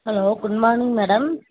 hello good morning madam